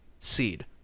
seed